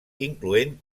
incloent